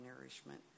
nourishment